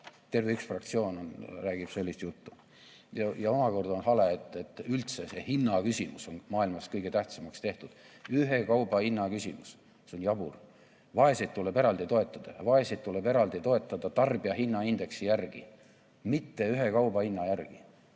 Terve üks fraktsioon räägib sellist juttu. Ja omakorda on hale, et üldse see hinnaküsimus on maailmas kõige tähtsamaks tehtud, ühe kauba hinna küsimus. See on jabur. Vaeseid tuleb eraldi toetada ja vaeseid tuleb eraldi toetada tarbijahinnaindeksi järgi, mitte ühe kauba hinna järgi.